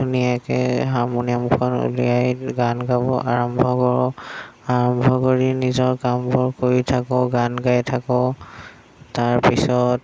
ধুনীয়াকে হাৰমনিয়ামখন উলিয়াই গান গাব আৰম্ভ কৰোঁ আৰম্ভ কৰি নিজৰ কামবোৰ কৰি থাকোঁ গান গাই থাকোঁ তাৰপিছত